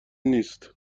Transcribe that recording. نیست